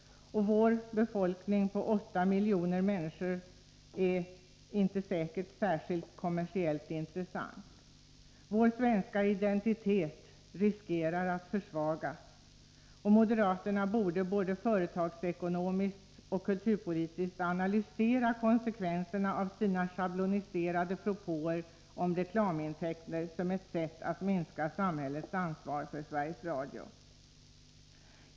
Vår befolkning på 8 miljoner människor är säkert inte kommersiellt särskilt intressant. Vår svenska identitet riskerar att försvagas. Moderaterna borde både företagsekonomiskt och kulturpolitiskt analysera konsekvenserna av sina schabloniserade propåer om reklamintäkter som ett sätt att minska samhällets ansvar för Sveriges Radio.